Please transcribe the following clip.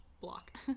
block